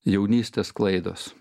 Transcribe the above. jaunystės klaidos